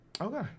Okay